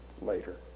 later